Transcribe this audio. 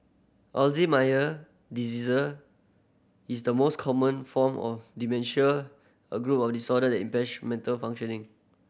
Alzheimer diseaser is the most common form of dementia a group of disorder that mental functioning